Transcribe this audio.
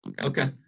Okay